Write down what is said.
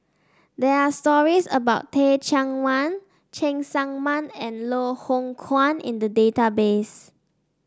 there are stories about Teh Cheang Wan Cheng Tsang Man and Loh Hoong Kwan in the database